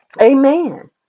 Amen